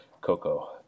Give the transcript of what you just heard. cocoa